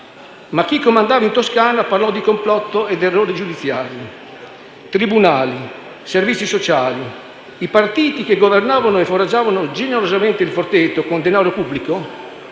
Ma chi comandava in Toscana parlò di complotto ed errore giudiziario. Tribunali, servizi sociali, i partiti che governavano e foraggiavano generosamente «Il Forteto» con denaro pubblico